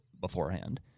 beforehand